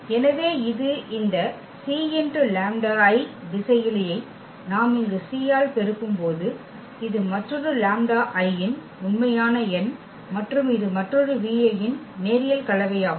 எனவே இது இந்த திசையிலியை நாம் இங்கு c ஆல் பெருக்கும்போது இது மற்றொரு ன் உண்மையான எண் மற்றும் இது மற்றொரு ன் நேரியல் கலவையாகும்